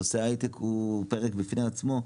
נושא ההיי-טק הוא פרק בפני עצמו,